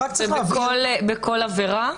זה בכל עבירה?